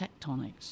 tectonics